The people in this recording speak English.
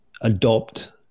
adopt